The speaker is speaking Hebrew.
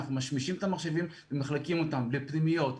אנחנו משמשים את המחשבים ומחלקים אותם לפנימיות,